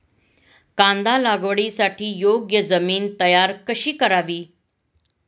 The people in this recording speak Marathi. कांदा लागवडीसाठी योग्य जमीन तयार कशी करावी?